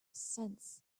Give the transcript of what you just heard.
sense